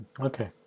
Okay